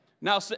Now